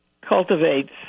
cultivates